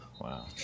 Wow